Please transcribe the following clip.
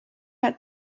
out